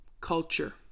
culture